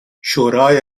شورای